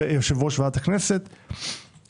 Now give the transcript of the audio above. יושב-ראש ועדת הכנסת,